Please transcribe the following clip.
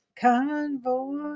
convoy